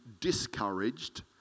discouraged